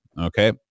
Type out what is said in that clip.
Okay